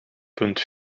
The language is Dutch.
punt